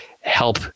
help